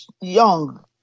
young